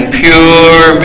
pure